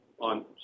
on